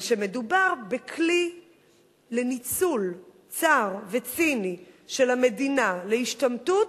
אבל כשמדובר בכלי לניצול צר וציני של המדינה להשתמטות,